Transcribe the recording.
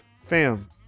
fam